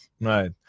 Right